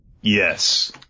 Yes